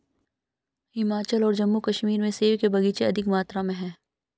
हिमाचल और जम्मू कश्मीर में सेब के बगीचे अधिक मात्रा में है